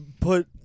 put